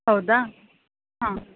ಹೌದ ಹಾಂ